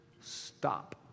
stop